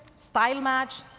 style match,